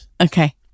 Okay